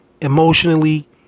emotionally